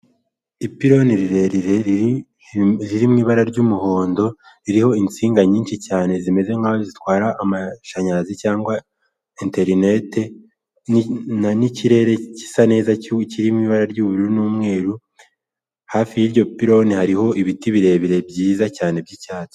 Ipiloni rirerire riri mu ibara ry'umuhondo ririho insinga nyinshi cyane zimeze nk'aho zitwara amashanyarazi cyangwa interineti ni ikirere gisa neza kirimo ibara ry'uburu n'umweru hafi y'iryo pironi hariho ibiti birebire byiza cyane by'icyatsi.